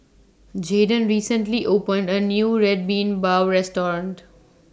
Jayden recently opened A New Red Bean Bao Restaurant